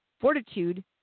fortitude